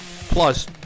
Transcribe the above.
plus